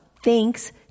Thanks